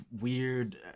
weird